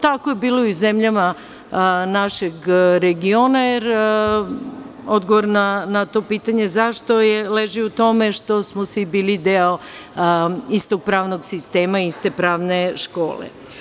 Tako je bilo i u zemljama našeg regiona, jer odgovor na to pitanje zašto je, leži u tome što smo svi bili deo istog pravnog sistema, iste pravne škole.